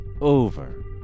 over